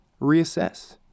reassess